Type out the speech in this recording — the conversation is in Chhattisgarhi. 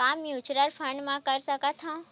का म्यूच्यूअल फंड म कर सकत हन?